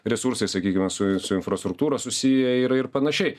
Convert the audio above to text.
resursai sakykime su su infrastruktūra susiję yra ir panašiai